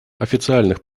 официальных